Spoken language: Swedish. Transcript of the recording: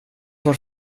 var